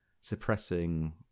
suppressing